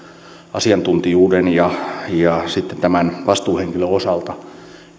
asiantuntijuuden ja vastuuhenkilön osalta